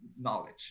knowledge